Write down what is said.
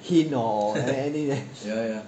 hint or any leh